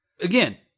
Again